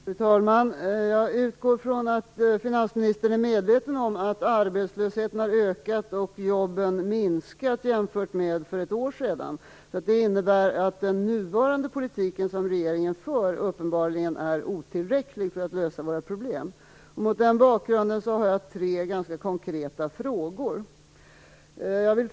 Fru talman! Jag utgår från att finansministern är medveten om att arbetslösheten har ökat och att jobben minskat jämfört med för ett år sedan. Det innebär att den politik som regeringen nu för uppenbarligen är otillräcklig för att lösa våra problem. Mot den bakgrunden har jag tre ganska konkreta frågor: 1.